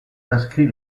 inscrit